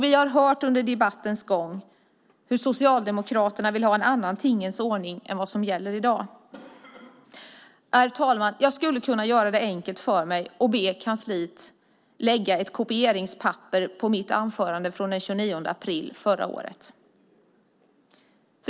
Vi har under debattens gång hört att Socialdemokraterna vill ha en annan tingens ordning än vad som gäller i dag. Herr talman! Jag skulle kunna göra det enkelt för mig och be kansliet lägga ett kopieringspapper på mitt anförande från den 29 april förra året.